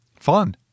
Fun